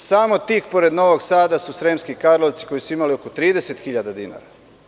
Samo tik pored Novog Sada su Sremski Karlovci koji su imali oko 30.000 dinara.